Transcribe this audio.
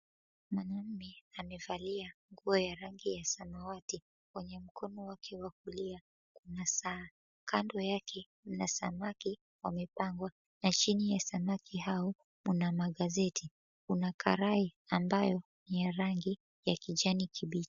Mwanaume amevalia nguo ya rangi ya samawati. Kwenye mkono wake wa kulia kuna saa. Kando yake kuna samaki wamepangwa na chini ya samaki hao kuna magazeti. Kuna karai ambayo ni ya rangi ya kijani kibichi.